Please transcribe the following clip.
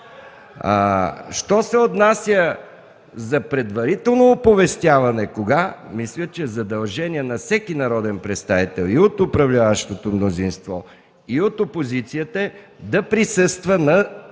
Що се отнася до предварителното оповестяване – кога, мисля, че задължение на всеки народен представител и от управляващото мнозинство, и от опозицията, е да присъства на